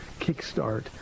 kickstart